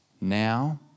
now